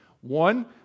One